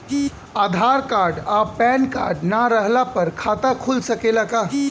आधार card आ PAN card ना रहला पर खाता खुल सकेला का?